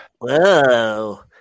Whoa